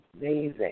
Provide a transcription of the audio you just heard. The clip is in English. amazing